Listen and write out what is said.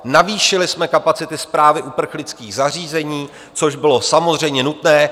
Navýšili jsme kapacity správy uprchlických zařízeních, což bylo samozřejmě nutné.